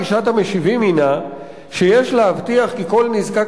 גישת המשיבים הינה שיש להבטיח כי כל נזקק